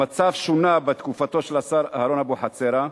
המצב שונה בתקופתו של השר אהרן אבוחצירא,